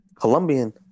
Colombian